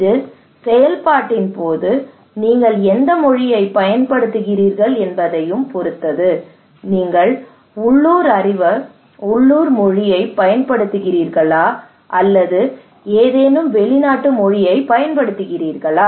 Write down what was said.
இது செயல்பாட்டின் போது நீங்கள் எந்த மொழியைப் பயன்படுத்துகிறீர்கள் என்பதையும் பொறுத்தது நீங்கள் உள்ளூர் அறிவு உள்ளூர் மொழியைப் பயன்படுத்துகிறீர்களா அல்லது ஏதேனும் வெளிநாட்டு மொழியைப் பயன்படுத்துகிறீர்களா